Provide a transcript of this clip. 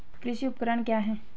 कृषि उपकरण क्या है?